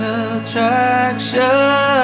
attraction